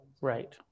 Right